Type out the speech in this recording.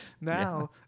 now